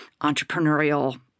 entrepreneurial